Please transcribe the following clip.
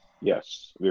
Yes